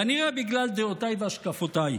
כנראה בגלל דעותיי והשקפותיי.